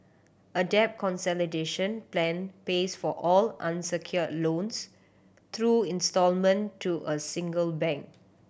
a debt consolidation plan pays for all unsecured loans through instalment to a single bank